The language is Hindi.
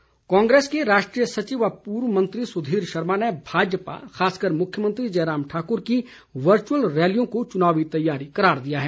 सुधीर शर्मा कांग्रेस के राष्ट्रीय सचिव व पूर्व मंत्री सुधीर शर्मा ने भाजपा खासकर मुख्यमंत्री जयराम ठाकुर की वर्चुअल रैलियों को चुनावी तैयारी करार दिया है